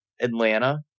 Atlanta